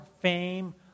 fame